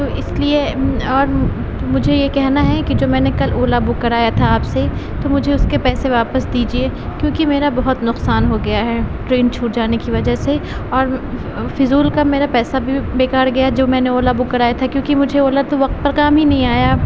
تو اس لیے اور مجھے یہ کہنا ہے کہ جو میں نے کل اولا بک کرایا تھا آپ سے تو مجھے اس کے پیسے واپس دیجیے کیونکہ میرا بہت نقصان ہو گیا ہے ٹرین چھوٹ جانے کی وجہ سے اور فضول کا میرا پیسہ بےکار گیا جو میں نے اولا بک کرایا تھا کیونکہ مجھے اولا تو وقت پر کام ہی نہیں آیا